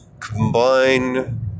Combine